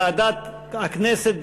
ועדת הכנסת,